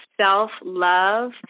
self-love